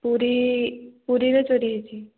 ପୁରୀ ପୁରୀରେ ଚୋରି ହୋଇଛି